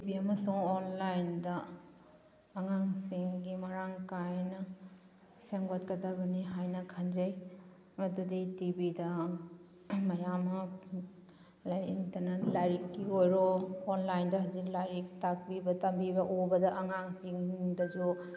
T V ꯑꯃꯁꯨꯡ ꯑꯣꯟꯂꯥꯏꯟꯗ ꯑꯉꯥꯡꯁꯤꯡꯒꯤ ꯃꯔꯥꯡ ꯀꯥꯏꯅ ꯁꯦꯝꯒꯠꯀꯗꯕꯅꯤ ꯍꯥꯏꯅ ꯈꯟꯖꯩ ꯑꯗꯨꯗꯤ ꯇꯤꯚꯤꯗ ꯃꯌꯥꯝ ꯑꯃ ꯂꯥꯛꯏꯗꯅ ꯂꯥꯏꯔꯤꯛꯀꯤꯕꯨ ꯑꯣꯏꯔꯣ ꯑꯣꯟꯂꯥꯏꯟꯗ ꯍꯧꯖꯤꯛ ꯂꯥꯏꯔꯤꯛ ꯇꯥꯛꯄꯤꯕ ꯇꯝꯕꯤꯕ ꯎꯕꯗ ꯑꯉꯥꯡꯁꯤꯡꯗꯁꯨ